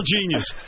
genius